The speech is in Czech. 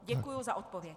Děkuji za odpověď.